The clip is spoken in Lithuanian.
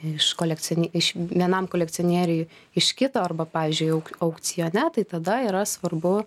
iš kolekcione iš vienam kolekcionieriui iš kito arba pavyzdžiui auk aukcione tai tada yra svarbu